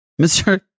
Mr